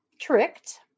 tricked